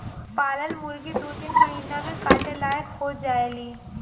पालल मुरगी दू तीन महिना में काटे लायक हो जायेली